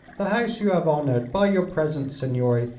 the house you have honored by your presence, signore,